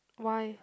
why